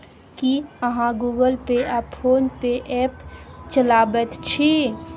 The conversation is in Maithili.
की अहाँ गुगल पे आ फोन पे ऐप चलाबैत छी?